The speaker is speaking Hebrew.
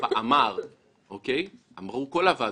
לא רק שאני אומר את זה,